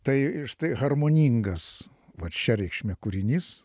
tai štai harmoningas vat šia reikšme kūrinys